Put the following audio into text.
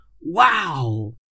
wow